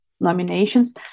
nominations